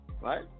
right